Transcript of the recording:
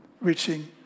reaching